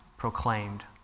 Proclaimed